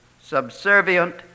subservient